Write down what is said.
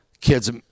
Kids